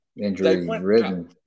injury-ridden